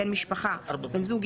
"בן משפחה" בן זוג,